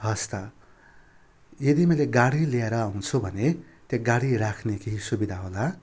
हवस् त यदि मैले गाडी लिएर आउँछु भने त्यहाँ गाडी राख्ने केही सुविधा होला